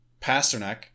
Pasternak